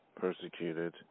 persecuted